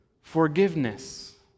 forgiveness